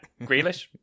Grealish